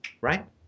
right